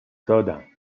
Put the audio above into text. دادم